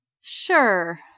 Sure